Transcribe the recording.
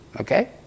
Okay